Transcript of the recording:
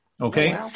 Okay